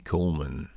Coleman